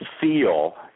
feel